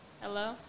Hello